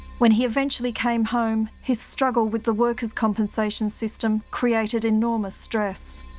when he eventually came home, his struggle with the workers compensation system created enormous stress.